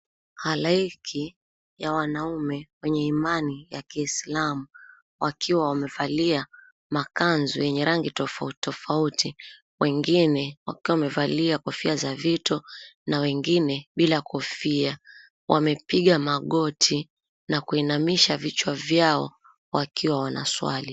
Halaiki ya wanaume wenye imani ya kiislamu wakiwa wamevalia makanzu yenye rangi tofauti tofauti wengine wakiwa wamevalia kofia za vito na wengine bila kofia. Wamepiga magoti na kuinamisha vichwa vyao wakiwa wanaswali.